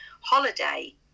holiday